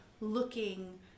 looking